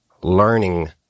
learning